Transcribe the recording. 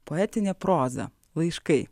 poetinė proza laiškai